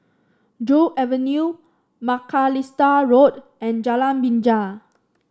Joo Avenue Macalister Road and Jalan Binja